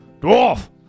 Dwarf